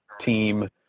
team